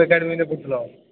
ଏକାଡେମିରେ କରୁଥିଲ